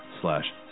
slash